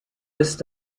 ist